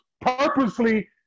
purposely